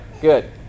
Good